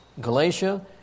Galatia